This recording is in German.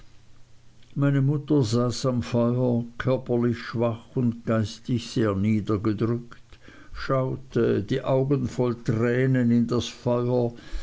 meine mutter saß am feuer körperlich schwach und geistig sehr niedergedrückt schaute die augen voll tränen in das feuer